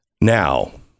Now